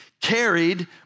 carried